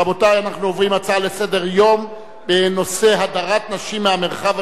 אנחנו עוברים להצעה לסדר-היום בנושא הדרת נשים מהמרחב הציבורי.